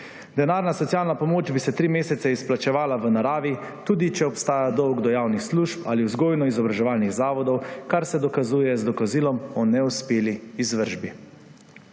Denarna socialna pomoč bi se tri mesece izplačevala v naravi tudi, če obstaja dolg do javnih služb ali vzgojno-izobraževalnih zavodov, kar se dokazuje z dokazilom o neuspeli izvršbi.